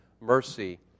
mercy